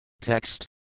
Text